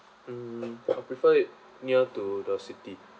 um I prefer it near to the city